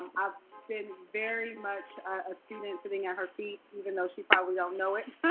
um i've been very much a student, sitting at her feet. even though she probably don't know it.